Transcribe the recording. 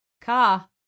car